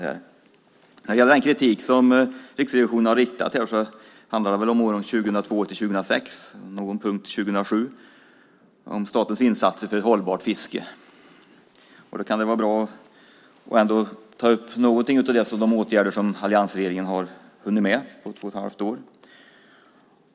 När det gäller den kritik som Riksrevisionen har riktat här handlar det om statens insatser för ett hållbart fiske åren 2002-2006 och på någon punkt om 2007. Det kan vara bra att ta upp några av de åtgärder som alliansregeringen har hunnit med på två och ett halvt år.